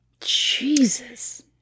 Jesus